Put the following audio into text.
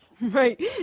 Right